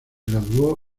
graduó